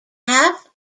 half